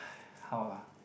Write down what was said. how ah